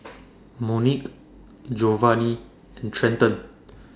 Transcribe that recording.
Monique Jovany and Trenton